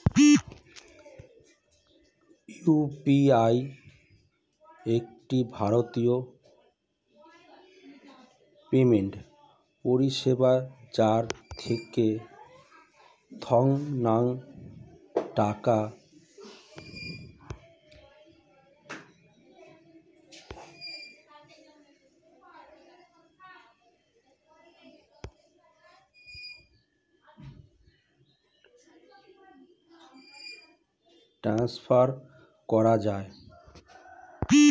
UPI একটি ভারতীয় payment পরিষেবা যার থেকে তৎক্ষণাৎ টাকা ট্রান্সফার করা যায়